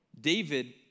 David